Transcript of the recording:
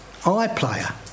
iPlayer